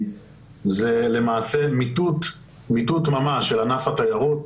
זה למעשה מיטוט ממש של ענף התיירות.